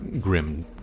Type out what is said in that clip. grim